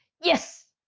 yes!